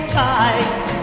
tight